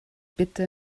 bitte